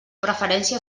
preferència